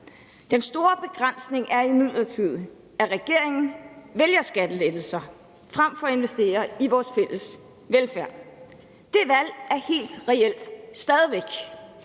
Den store begrænsning er imidlertid, at regeringen vælger skattelettelser frem for at investere i vores fælles velfærd. Det valg er stadig væk